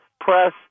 press